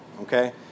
okay